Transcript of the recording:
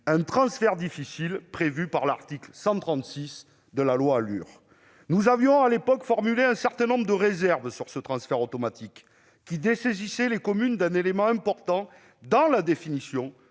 un transfert difficile prévu par l'article 136 de la loi ALUR. Nous avions, à l'époque, formulé un certain nombre de réserves sur ce transfert automatique qui dessaisissait les communes d'un élément important dans la définition